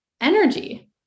energy